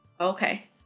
Okay